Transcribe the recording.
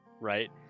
Right